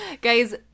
Guys